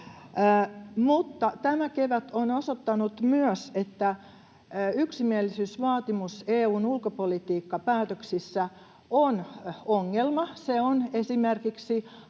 Mutta tämä kevät on osoittanut myös, että yksimielisyysvaatimus EU:n ulkopolitiikkapäätöksissä on ongelma. Se on esimerkiksi